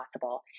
possible